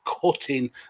cutting